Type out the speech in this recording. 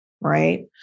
right